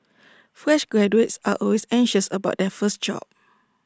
fresh graduates are always anxious about their first job